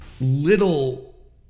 little